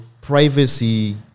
privacy